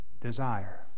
desire